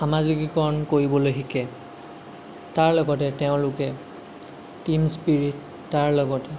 সামাজিকীকৰণ কৰিবলৈ শিকে তাৰ লগতে তেওঁলোকে টীমস্পিৰিট তাৰ লগতে